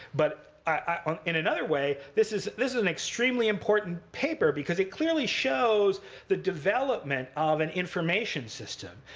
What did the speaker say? but i mean in another way, this is this is an extremely important paper. because it clearly shows the development of an information system.